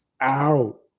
out